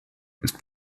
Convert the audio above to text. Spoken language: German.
ist